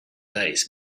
days